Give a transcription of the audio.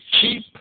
keep